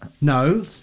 No